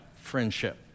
friendship